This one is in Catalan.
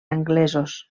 anglesos